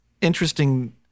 interesting